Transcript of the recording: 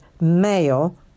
male